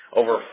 over